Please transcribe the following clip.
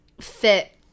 fit